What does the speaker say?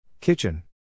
Kitchen